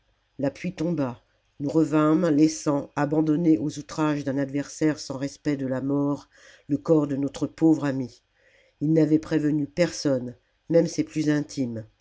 la pluie tomba nous revînmes laissant abandonné aux outrages d'un adversaire sans respect de la mort le corps de notre pauvre ami il n'avait prévenu personne même ses plus intimes